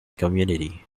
community